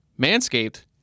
Manscaped